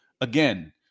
again